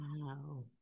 Wow